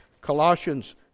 Colossians